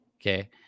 okay